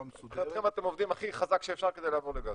אתם עובדים הכי חזק שאפשר כדי לעבור לגז?